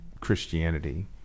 Christianity